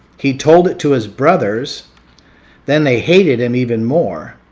he told it to his brothers then they hated him even more.